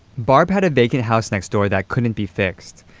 barb had a vacant house next door that couldn't be fixed.